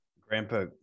Grandpa